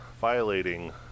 violating